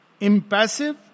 impassive